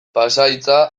pasahitza